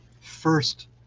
first